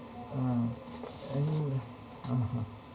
uh any (uh huh)